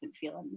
feeling